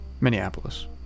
Minneapolis